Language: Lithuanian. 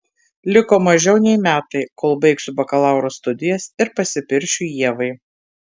liko mažiau nei metai kol baigsiu bakalauro studijas ir pasipiršiu ievai